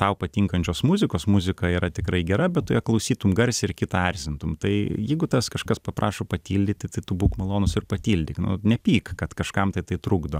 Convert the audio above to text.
tau patinkančios muzikos muzika yra tikrai gera bet tu ją klausytum garsiai ir kitą erzintum tai jeigu tavęs kažkas paprašo patildyti tai tu būk malonus ir patildyk nu nepyk kad kažkam tai tai trukdo